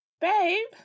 Babe